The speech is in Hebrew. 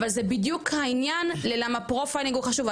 אבל, זה בדיוק העניין ללמה "פרופיילינג" הוא חשוב.